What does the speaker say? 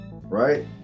right